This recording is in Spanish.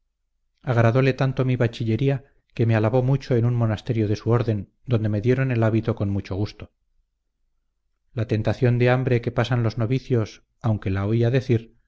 agradole tanto mi bachillería que me alabó mucho en un monasterio de su orden donde me dieron el hábito con mucho gusto la tentación de hambre que pasan los novicios aunque la oía decir